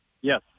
Yes